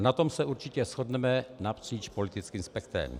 Na tom se určitě shodneme napříč politickým spektrem.